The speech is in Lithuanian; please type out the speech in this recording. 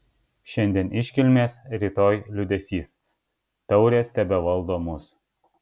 šiandien iškilmės rytoj liūdesys taurės tebevaldo mus